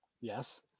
Yes